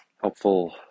helpful